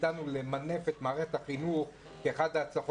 גם כשהגעתי לפה לוועדה.